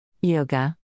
Yoga